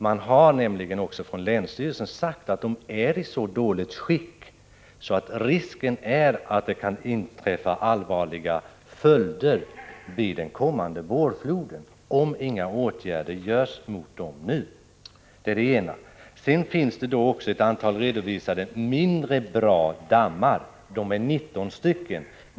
Man har nämligen från länsstyrelsen sagt att de är i så dåligt skick att det finns risk för allvarliga följder vid den kommande vårfloden — om inga åtgärder vidtas. Det är det ena. Sedan finns det också ett antal redovisade mindre bra dammar. De är 19 stycken.